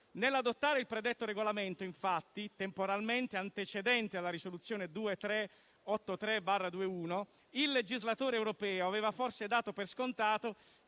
Nell'adottare il predetto regolamento, infatti, temporalmente antecedente alla risoluzione 2383/2021, il legislatore europeo aveva forse dato per scontato